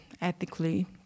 ethically